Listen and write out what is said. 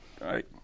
Right